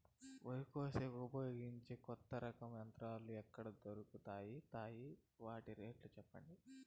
వరి కోసేకి ఉపయోగించే కొత్త రకం యంత్రాలు ఎక్కడ దొరుకుతాయి తాయి? వాటి రేట్లు చెప్పండి?